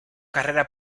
carrera